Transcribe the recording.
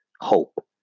hope